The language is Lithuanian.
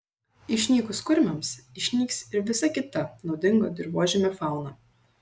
išnykus kurmiams išnyks ir visa kita naudinga dirvožemio fauna